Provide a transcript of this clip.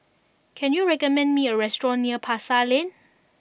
can you recommend me a restaurant near Pasar Lane